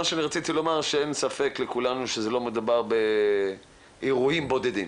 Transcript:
מה שאני רציתי לומר זה שאין ספק לכולנו שלא מדובר באירועים בודדים.